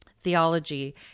theology